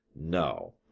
No